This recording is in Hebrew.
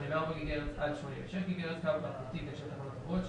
84 גיגה-הרץ עד 86 גיגה-הרץ קו אלחוטי בין שתי תחנות קבועות,